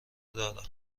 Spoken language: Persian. دارند